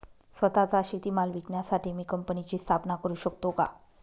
स्वत:चा शेतीमाल विकण्यासाठी मी कंपनीची स्थापना करु शकतो का?